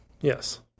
Yes